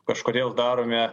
kažkodėl darome